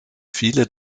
viele